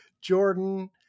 Jordan